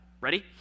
Ready